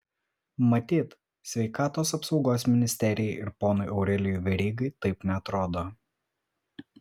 matyt sveikatos apsaugos ministerijai ir ponui aurelijui verygai taip neatrodo